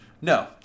No